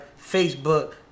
Facebook